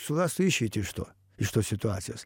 surastų išeitį iš to iš tos situacijos